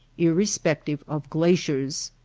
irrespective of glaciers.